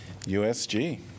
USG